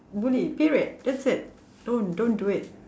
bully period that's it don't don't do it